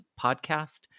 podcast